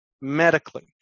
medically